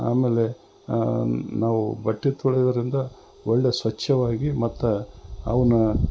ಆಮೇಲೆ ನಾವು ಬಟ್ಟೆ ತೊಳೆಯೋದರಿಂದ ಒಳ್ಳೇ ಸ್ವಚ್ಛವಾಗಿ ಮತ್ತು ಅವನ್ನ